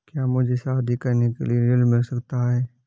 क्या मुझे शादी करने के लिए ऋण मिल सकता है?